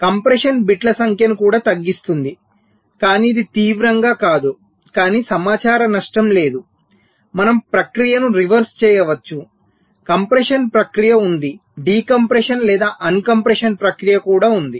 compression బిట్ల సంఖ్యను కూడా తగ్గిస్తుంది కానీ ఇది తీవ్రంగా కాదు కానీ సమాచార నష్టం లేదు మనం ప్రక్రియను రివర్స్ చేయవచ్చు కంప్రెషన్ ప్రక్రియ ఉంది డికంప్రెషన్ లేదా అన్ కంప్రెషన్ ప్రక్రియ ఉంది